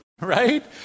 right